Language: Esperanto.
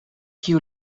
kiu